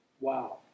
Wow